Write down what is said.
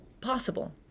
possible